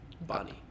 Bonnie